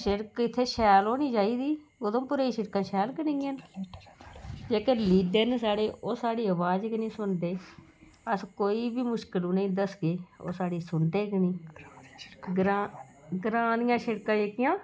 शिड़क इत्थै शैल होनी चाहिदी उधमपुरें शिड़कां शैल गै नी हैन जेह्के लीडर न साढ़े ओह साढ़ी अवाज गै नी सुनदे अस कोई बी मुश्कल उ'नेंगी दसगे ओह् साढ़ी सुनदे गै नी ग्रांऽ ग्रांऽ दियां शिड़कां जेह्कियां